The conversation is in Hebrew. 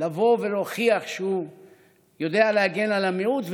לבוא ולהוכיח שהוא יודע להגן על המיעוט,